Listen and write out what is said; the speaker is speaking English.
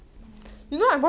um